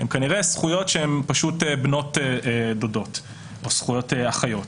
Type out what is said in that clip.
כנראה אלה זכויות שהן בנות דודות או זכויות אחיות.